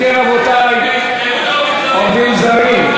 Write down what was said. אם כן, רבותי, עובדים זרים.